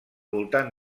voltant